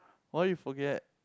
why you forget